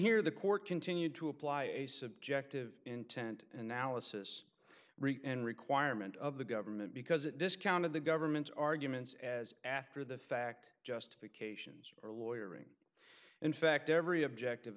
here the court continued to apply a subjective intent analysis and requirement of the government because it discounted the government's arguments as after the fact justifications are lawyer and in fact every objective